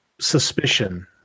suspicion